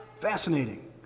fascinating